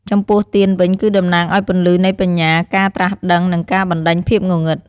ចំពោះទៀនវិញ គឺតំណាងឱ្យពន្លឺនៃបញ្ញា ការត្រាស់ដឹង និងការបណ្ដេញភាពងងឹត។